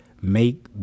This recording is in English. make